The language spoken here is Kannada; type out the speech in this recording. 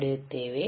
ಪಡೆಯುತ್ತೇವೆ